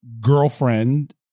girlfriend